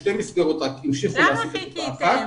שתי מסגרות רק המשיכו להעסיק את אותה עובדת,